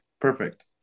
Perfect